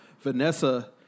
Vanessa